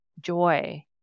joy